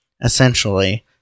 essentially